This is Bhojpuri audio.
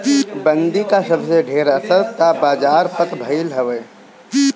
बंदी कअ सबसे ढेर असर तअ बाजार पअ भईल हवे